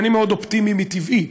אני מאוד אופטימי מטבעי,